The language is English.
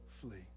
flee